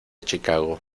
chicago